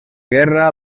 guerra